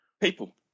people